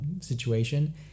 situation